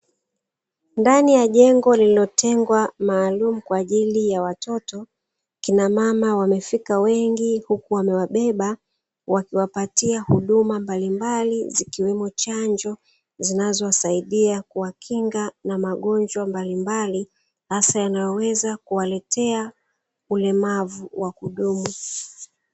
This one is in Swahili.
Ndani ya jengo lililotengwa maalumu kwa ajili ya watoto, kina mama wamefika wengi huku wamewabeba. Wakiwapatia huduma mbalimbali zikiwemo chanjo, zinazowasaidia kuwakinga na magonjwa mbalimbali hasa yanayoweza kuwaletea, ulemavu wa kudumu.